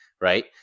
right